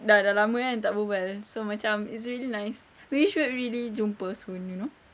dah dah lama kan tak berbual so macam it's really nice we should really jumpa soon you know